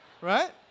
Right